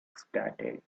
started